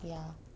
ya